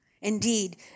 Indeed